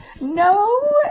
no